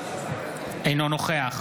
אינו נוכח